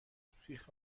سیخ